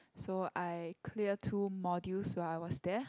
so I clear two modules while I was there